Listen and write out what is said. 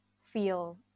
feel